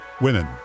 women